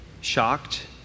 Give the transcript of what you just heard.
shocked